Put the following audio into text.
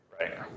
right